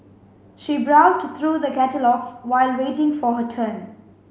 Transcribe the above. she browsed through the catalogues while waiting for her turn